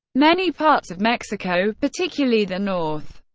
many parts of mexico, particularly the north,